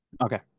Okay